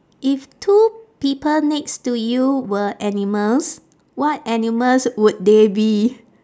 if two people next to you were animals what animals would they be